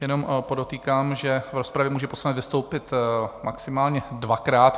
Jenom podotýkám, že v rozpravě může poslanec vystoupit maximálně dvakrát.